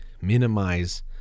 minimize